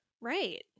Right